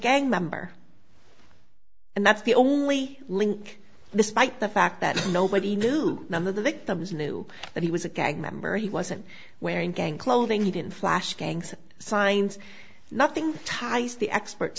gang member and that's the only link despite the fact that nobody knew none of the victims knew that he was a gang member he wasn't wearing gang clothing he didn't flash bangs signs nothing ties the expert